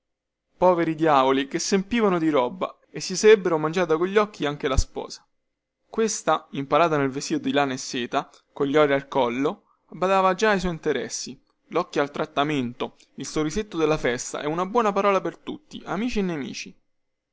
poveri diavoli che sempivano di roba e si sarebbero mangiata cogli occhi anche la sposa questa impalata nel vestito di lana e seta cogli ori al collo badava già ai suoi interessi locchio al trattamento il sorrisetto della festa e una buona parola per tutti amici e nemici